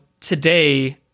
today